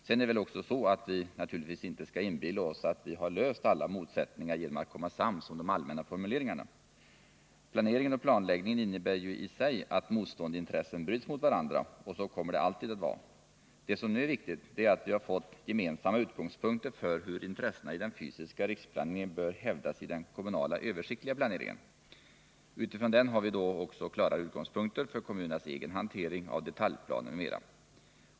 Sedan är det väl också så att vi naturligtvis inte skall inbilla oss att vi löst alla motsättningar genom att bli sams om de allmänna formuleringarna. Planeringen och planläggningen innebär i sig att motstående intressen bryts mot varandra, och så kommer det alltid att vara. Det som nu är viktigt är att vi fått gemensamma utgångspunkter för hur intressena i den fysiska riksplaneringen bör hävdas i den kommunala, översiktliga planeringen. Utifrån den har vi då också klarare utgångspunkter för kommunernas egen hantering av detaljplaner m.m.